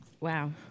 Wow